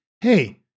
Hey